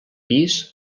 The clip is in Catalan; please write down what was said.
pis